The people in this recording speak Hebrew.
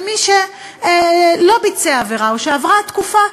ומי שלא ביצע עבירה או שעברה התקופה,